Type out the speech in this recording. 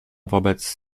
wobec